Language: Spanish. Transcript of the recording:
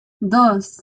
dos